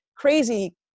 crazy